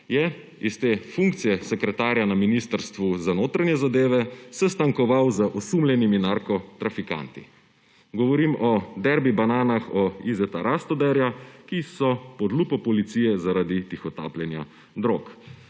je iz tega funkcije sekretarja na Ministrstvu za notranje zadeve, sestankoval z osumljenimi narkotrafikanti. Govorim o Derbi bananah Izeta Rastoderja, ki so pod lupo policije zaradi tihotapljenja drog.